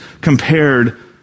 compared